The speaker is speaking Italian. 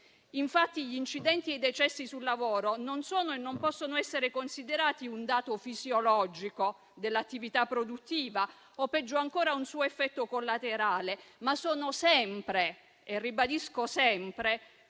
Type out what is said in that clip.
fare. Gli incidenti e i decessi sul lavoro non sono e non possono essere considerati un dato fisiologico dell'attività produttiva o, peggio ancora, un suo effetto collaterale, ma sono sempre frutto -